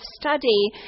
study